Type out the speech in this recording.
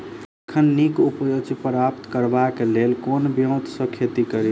एखन नीक उपज प्राप्त करबाक लेल केँ ब्योंत सऽ खेती कड़ी?